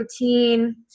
routine